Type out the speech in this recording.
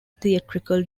theatrical